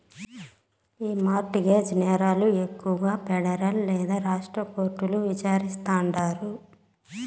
ఈ mortgage నేరాలు ఎక్కువగా పెడరల్ లేదా రాష్ట్ర కోర్టుల్ల విచారిస్తాండారు